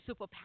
superpower